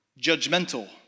Judgmental